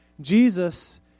Jesus